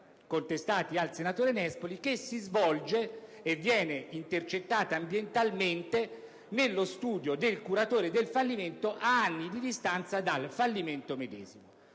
corso di un colloquio che si svolge e viene intercettato ambientalmente nello studio del curatore fallimentare ad anni di distanza dal fallimento medesimo.